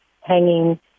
hanging